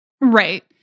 Right